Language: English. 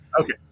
Okay